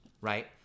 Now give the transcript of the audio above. Right